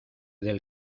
del